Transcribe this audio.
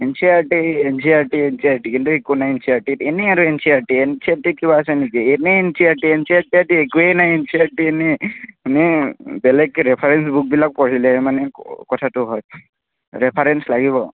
N C R T N C R T N C R T কিন্তু একো নাই N C E R টিত এনেই আৰু N C R T N C R টিত কিবা আছে নেকি এনেই N C E R T N C R C R T একোৱেই নাই N C E R T এনেই এনেই বেলেগ ৰেফাৰেঞ্চ বুক বিলাক পঢ়িলে মানে কথাটো হয় ৰেফাৰেঞ্চ লাগিব